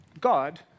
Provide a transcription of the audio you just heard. God